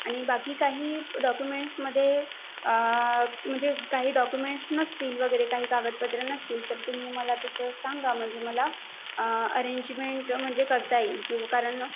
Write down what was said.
आणि बाकी काही डॉक्युमेंट्समधे म्हणजे काही डॉक्युमेंट्स नसतील वगेरे काही कागदपत्रं नसतील तर तुम्ही मला तसं सांगा म्हणजे मला अरेंजमेंट म्हणजे करता येईल किंवा कारण